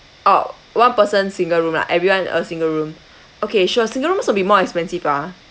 orh one person single room lah everyone a single room okay sure single rooms will be more expensive ah